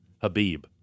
Habib